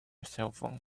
cellphone